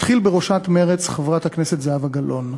אתחיל בראשת מרצ, חברת הכנסת זהבה גלאון.